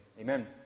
amen